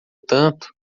tanto